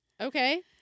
Okay